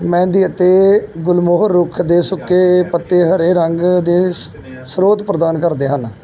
ਮਹਿੰਦੀ ਅਤੇ ਗੁਲਮੋਹਰ ਰੁੱਖ ਦੇ ਸੁੱਕੇ ਪੱਤੇ ਹਰੇ ਰੰਗ ਦੇ ਸ ਸਰੋਤ ਪ੍ਰਦਾਨ ਕਰਦੇ ਹਨ